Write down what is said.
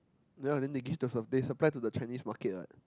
ya then they give the some they supply to the Chinese market what